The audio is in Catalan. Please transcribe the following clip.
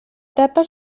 tapa